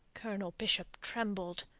colonel bishop trembled.